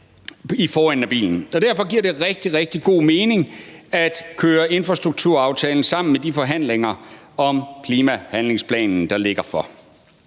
Derfor giver det rigtig, rigtig god mening at køre infrastrukturaftalen sammen med de forhandlinger om klimahandlingsplanen, der ligger for.